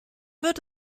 wird